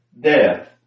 death